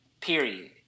Period